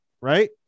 right